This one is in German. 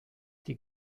die